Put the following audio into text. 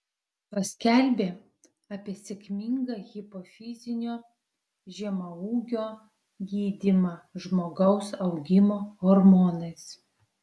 paskelbė apie sėkmingą hipofizinio žemaūgio gydymą žmogaus augimo hormonais